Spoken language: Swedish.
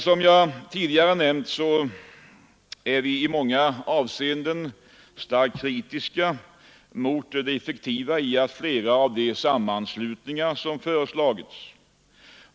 Som jag tidigare nämnt är vi i många avseenden starkt kritiska mot det effektiva i flera av de sammanslagningar som föreslagits.